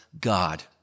God